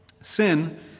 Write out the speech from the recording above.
sin